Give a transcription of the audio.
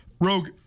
Rogue